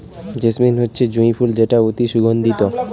jasmine হচ্ছে জুঁই ফুল যেটা অতি সুগন্ধিত